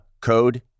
code